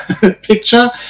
picture